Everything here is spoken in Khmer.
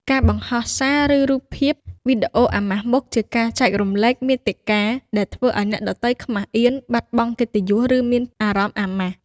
ការបង្ហោះសារ ឬរូបភាព/វីដេអូអាម៉ាស់មុខជាការចែករំលែកមាតិកាដែលធ្វើឲ្យអ្នកដទៃខ្មាសអៀន បាត់បង់កិត្តិយស ឬមានអារម្មណ៍អាម៉ាស់។